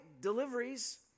deliveries